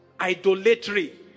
idolatry